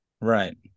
Right